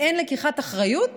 באין לקיחת אחריות